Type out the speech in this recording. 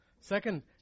Second